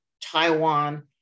Taiwan